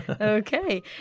Okay